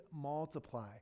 multiply